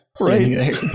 Right